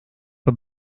for